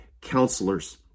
counselors